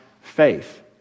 faith